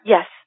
Yes